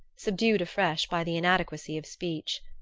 subdued afresh by the inadequacy of speech.